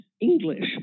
English